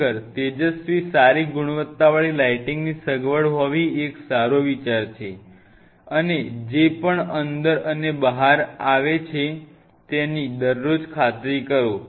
ખરેખર તેજસ્વી સારી ગુણવત્તાવાળી લાઇટિંગની સગવડ હોવી એક સારો વિચાર છે અને જે પણ અંદર અને બહાર આવે છે તેની દરરોજ ખાતરી કરો